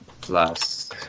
Plus